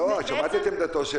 לא, שמעת את עמדתו של המנכ"ל.